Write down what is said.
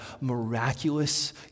miraculous